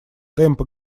темпы